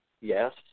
yes